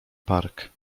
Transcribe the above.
park